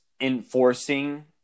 enforcing